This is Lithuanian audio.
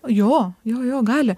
jo jo jo gali